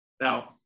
Now